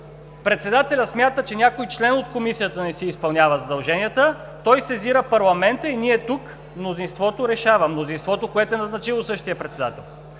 председателят смята, че някой член от Комисията не си изпълнява задълженията, той сезира парламента и ние тук… Мнозинството решава. Мнозинството, което е назначило същия председател.